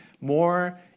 more